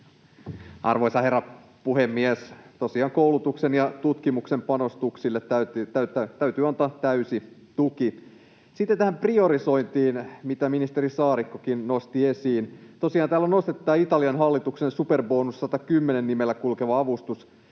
Arvoisa herra puhemies! Tosiaan koulutuksen ja tutkimuksen panostuksille täytyy antaa täysi tuki. Sitten tähän priorisointiin, mitä ministeri Saarikkokin nosti esiin. Tosiaan täällä on nostettu tämä Italian hallituksen superbonus 110 ‑nimellä kulkeva avustus,